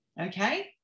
Okay